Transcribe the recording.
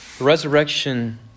resurrection